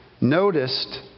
noticed